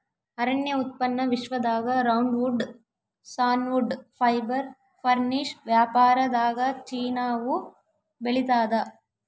ಅರಣ್ಯ ಉತ್ಪನ್ನ ವಿಶ್ವದಾಗ ರೌಂಡ್ವುಡ್ ಸಾನ್ವುಡ್ ಫೈಬರ್ ಫರ್ನಿಶ್ ವ್ಯಾಪಾರದಾಗಚೀನಾವು ಬೆಳಿತಾದ